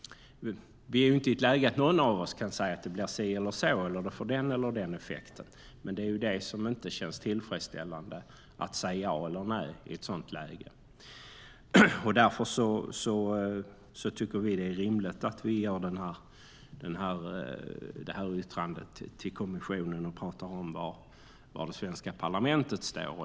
Vi är ju inte i ett läge att någon av oss kan säga att det blir si eller så eller att det får den eller den effekten. Men det är det som inte känns tillfredsställande, att säga ja eller nej i ett sådant läge. Därför tycker vi att det är rimligt att vi gör detta yttrande till kommissionen och talar om var det svenska parlamentet står.